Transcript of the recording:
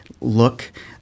look